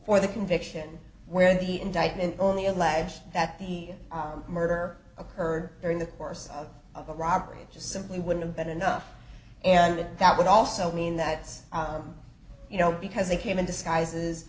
for the conviction where the indictment only alleged that the murder occurred during the course of a robbery just simply wouldn't have been enough and that that would also mean that you know because they came in disguises